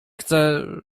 chcę